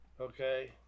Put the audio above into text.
okay